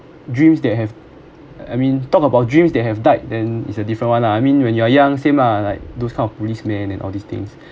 dreams that have I mean talk about dreams they have died then it's a different one lah I mean when you're young same lah like those kind of policemen and all these things